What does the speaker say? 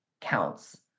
counts